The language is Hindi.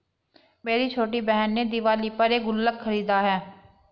मेरी छोटी बहन ने दिवाली पर एक गुल्लक खरीदा है